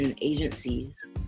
agencies